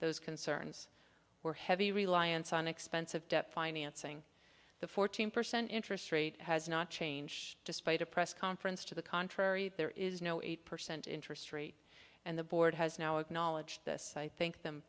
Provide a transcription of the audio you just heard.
those concerns or heavy reliance on expensive debt financing the fourteen percent interest rate has not changed despite a press conference to the contrary there is no eight percent interest rate and the board has now acknowledged this i thank them